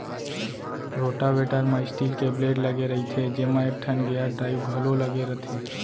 rotavator म steel के blade लगे रइथे जेमा एकठन गेयर ड्राइव घलौ लगे रथे